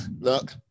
Look